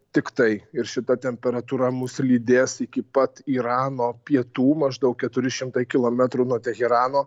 tiktai ir šita temperatūra mus lydės iki pat irano pietų maždaug keturi šimtai kilometrų nuo teherano